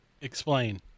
Explain